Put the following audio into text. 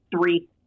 three